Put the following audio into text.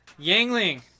Yangling